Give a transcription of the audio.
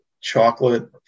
chocolate